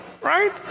right